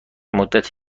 مدت